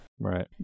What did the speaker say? Right